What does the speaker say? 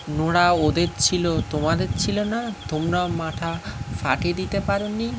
নোড়া ওদের ছিল তোমাদের ছিল না তোমরা মাথা ফাটিয়ে দিতে পারোনি